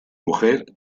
mujer